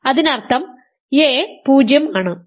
അതിനർത്ഥം a 0 ആണ്